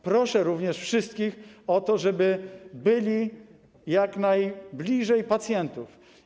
Proszę również wszystkich o to, żeby byli jak najbliżej pacjentów.